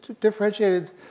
differentiated